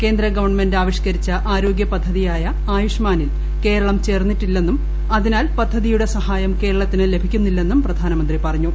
കേന്ദ്രഗവൺമെന്റ് ആവിഷ്കരിച്ച ആരോഗ്യ പദ്ധതിയായ ആയുഷ്മാനിൽ കേരളം ചേർന്നിട്ടില്ലെന്നും അതിനാൽ പദ്ധതിയുടെ സഹായം കേരളത്തിന് കിട്ടുന്നില്ലെന്നും പ്രധാനമന്ത്രി പറഞ്ഞു